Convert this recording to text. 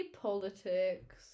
politics